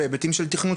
בהיבטים של תכנון,